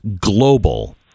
global